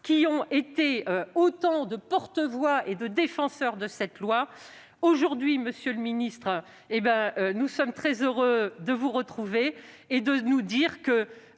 qui ont été autant de porte-voix et de défenseurs de ce texte. Aujourd'hui, monsieur le secrétaire d'État, nous sommes très heureux de vous retrouver et de nous dire que,